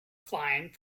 flying